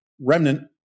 remnant